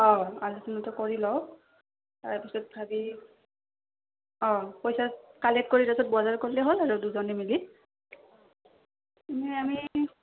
অঁ আলোচনাটো কৰি লওঁ তাৰপিছত ভাবি অঁ পইচা কালেক্ট কৰি তাৰপিছত বজাৰ কৰিলেই হ'ল আৰু দুজনে মিলি এনেই আমি